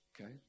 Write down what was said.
Okay